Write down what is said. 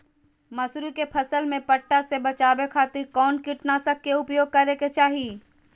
मसूरी के फसल में पट्टा से बचावे खातिर कौन कीटनाशक के उपयोग करे के चाही?